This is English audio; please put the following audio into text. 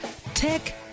tech